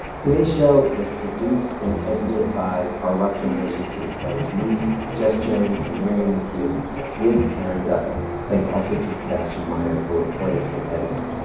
today's show was produced and edited by our rough translation team that is me, jess jiang and marianne mccune with karen duffin. thanks also to sebastian meyer for reporting and editing.